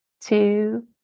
two